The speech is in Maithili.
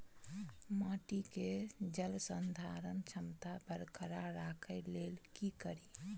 माटि केँ जलसंधारण क्षमता बरकरार राखै लेल की कड़ी?